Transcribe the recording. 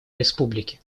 республики